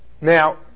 Now